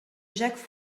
jacques